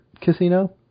casino